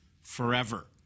forever